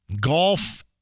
Golf